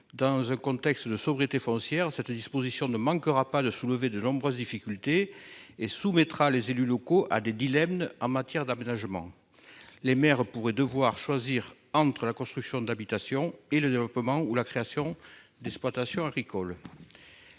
Dans un contexte de sobriété foncière, cette disposition ne manquera pas de soulever de nombreuses difficultés et soumettra les élus locaux à des dilemmes en matière d'aménagement. Les maires pourraient devoir choisir entre la construction d'habitations et le développement ou la création d'exploitations agricoles.